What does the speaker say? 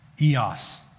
eos